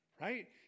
right